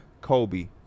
Kobe